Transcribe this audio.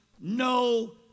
no